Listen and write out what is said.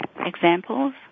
examples